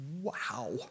Wow